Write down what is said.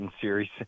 series